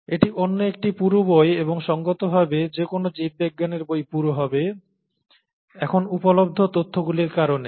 এটি অন্য একটি পুরু বই এবং সঙ্গতভাবে যে কোন জীববিজ্ঞানের বই পুরু হবে এখন উপলব্ধ তথ্যগুলির কারণে